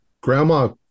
Grandma